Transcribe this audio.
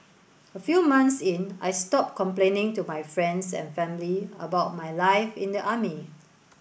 a few months in I stopped complaining to my friends and family about my life in the army